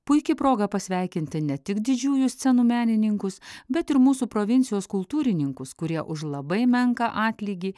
puiki proga pasveikinti ne tik didžiųjų scenų menininkus bet ir mūsų provincijos kultūrininkus kurie už labai menką atlygį